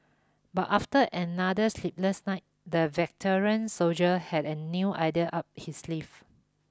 but after another sleepless night the veteran soldier had a new idea up his sleeve